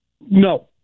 No